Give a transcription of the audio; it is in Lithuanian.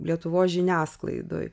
lietuvos žiniasklaidoj